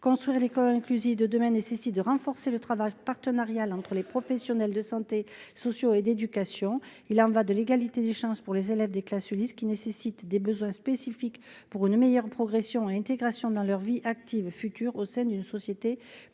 construire l'école inclusive de demain, nécessite de renforcer le travail partenarial entre les professionnels de santé sociaux et d'éducation, il en va de l'égalité des chances pour les élèves des classes Ulis qui nécessitent des besoins spécifiques pour une meilleure progression intégration dans leur vie active futur scènes une société plus plus